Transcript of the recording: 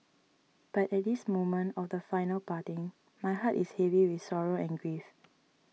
but at this moment of the final parting my heart is heavy with sorrow and grief